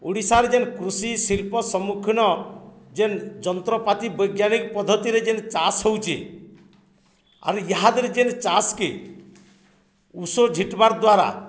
ଓଡ଼ିଶାରେ ଯେନ୍ କୃଷି ଶିଳ୍ପ ସମ୍ମୁଖୀନ ଯେନ୍ ଯନ୍ତ୍ରପାତି ବୈଜ୍ଞାନିକ ପଦ୍ଧତିରେ ଯେନ୍ ଚାଷ ହଉଛେ ଆର୍ ୟା ଦେହରେ ଯେନ୍ ଚାଷ୍କେ ଉଷ ଝିଟ୍ବାର୍ ଦ୍ୱାରା